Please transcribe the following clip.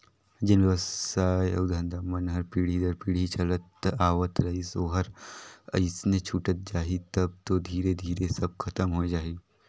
जेन बेवसाय अउ धंधा मन हर पीढ़ी दर पीढ़ी चलत आवत रहिस ओहर अइसने छूटत जाही तब तो धीरे धीरे सब खतम होए जाही